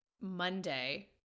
Monday